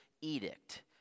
edict